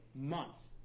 months